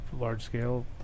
large-scale